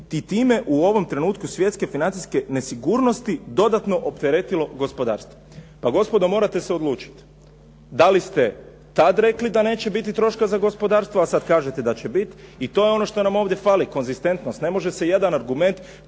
i time u ovom trenutku svjetske financijske sigurnosti dodatno opteretilo gospodarstvo. Pa gospodo morate se odlučiti, da li ste tada rekli da neće biti troška za gospodarstvo a sada kažete da će biti i to je ono što nam ovdje fali, konzistentnost, ne može se jedan argument